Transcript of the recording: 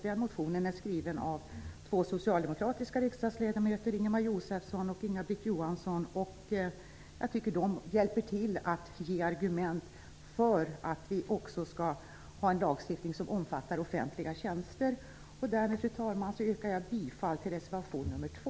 Den motionen är skriven av två socialdemokratiska riksdagsledamöter, nämligen Ingemar Josefsson och Inga-Britt Johansson. Jag tycker att de hjälper till att ge argument för att vi också skall ha en lagstiftning som omfattar offentliga tjänster. Fru talman! Därmed yrkar jag bifall till reservation nr 2.